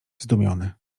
zdumiony